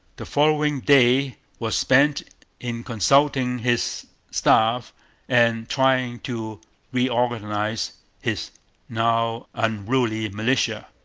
the following day was spent in consulting his staff and trying to reorganize his now unruly militia.